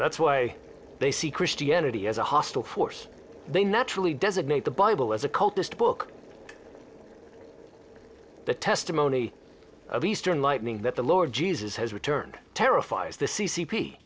that's why they see christianity as a hostile force they naturally designate the bible as a cultist book the testimony of eastern lightning that the lord jesus has returned terrifies the c c p